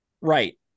Right